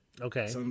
Okay